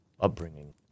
upbringing